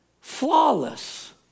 flawless